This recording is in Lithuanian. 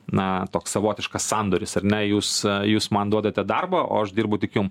na toks savotiškas sandoris ar ne jūs jūs man duodate darbą o aš dirbu tik jum